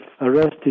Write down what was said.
arrested